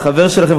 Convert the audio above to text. חבר שלכם,